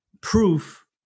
proof